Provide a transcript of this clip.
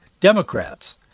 Democrats